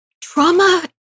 Trauma